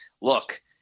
look